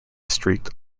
streaked